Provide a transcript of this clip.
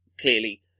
clearly